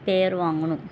பேர் வாங்கணும்